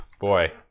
boy